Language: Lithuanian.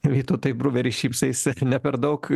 vytautai bruveri šypsaisi ar ne per daug